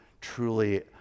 truly